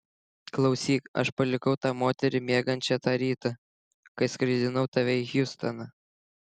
klausyk aš palikau tą moterį miegančią tą rytą kai skraidinau tave į hjustoną